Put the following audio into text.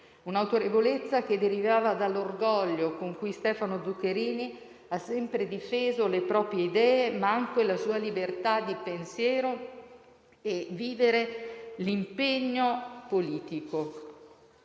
autorevolezza derivava dall'orgoglio con cui Stefano Zuccherini ha sempre difeso le proprie idee, ma anche la sua libertà di pensiero, e con cui ha vissuto l'impegno politico,